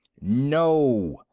no!